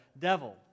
devil